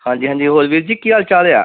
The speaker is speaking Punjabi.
ਹਾਂਜੀ ਹਾਂਜੀ ਹੋਰ ਵੀਰ ਜੀ ਕੀ ਹਾਲ ਚਾਲ ਆ